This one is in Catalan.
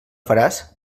faràs